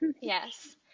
yes